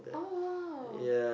oh !wow!